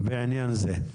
בעניין זה?